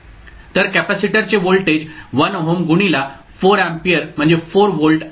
तर कॅपेसिटरचे voltage 1 ohm गुणिले 4 अँपियर म्हणजे 4 व्होल्ट आहे